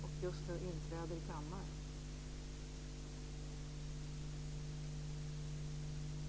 Jag är beredd att se närmare på gällande regler.